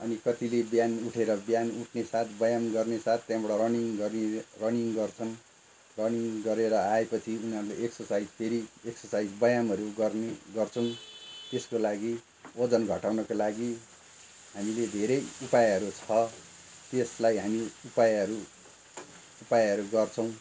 अनि कतिले बिहान उठेर बिहान उठ्ने साथ व्यायाम गर्ने साथ त्यहाँबाट रनिङ गरी रनिङ गर्छन् रनिङ गरेर आए पछि उनीहरूले एक्सर्साइज फेरि एक्सर्साइज व्यायामहरू गर्ने गर्छन् त्यसको लागि ओजन घटाउनका लागि हामीले धेरै उपायहरू छ त्यसलाई हामी उपायहरू उपायहरू गर्छौँ